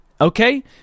okay